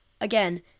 again